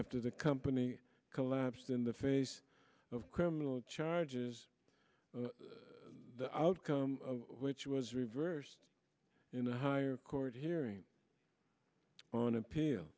fter the company collapsed in the face of criminal charges the outcome of which was reversed in a higher court hearing on